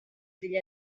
degli